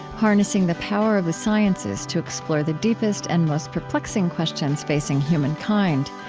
harnessing the power of the sciences to explore the deepest and most perplexing questions facing human kind.